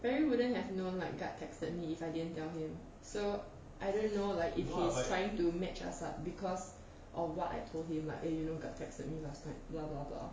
barry wouldn't have known like guard texted me if I didn't tell him so I don't know like if he's trying to match us up because of what I told him like eh you know guard texted me last night blah blah blah